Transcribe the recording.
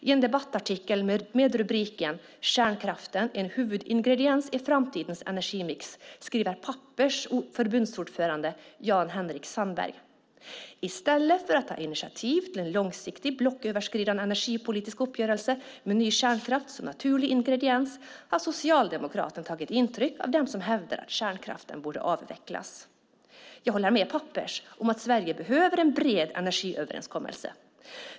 I en debattartikel med rubriken "Kärnkraften en huvudingrediens i framtidens energimix" skriver Pappers förbundsordförande Jan-Henrik Sandberg: I stället för att ta initiativ till en långsiktig, blocköverskridande energipolitisk uppgörelse med ny kärnkraft som naturlig ingrediens har Socialdemokraterna tagit intryck av dem som hävdar att kärnkraften borde avvecklas. Jag håller med Pappers om att Sverige behöver en bred energiöverenskommelse.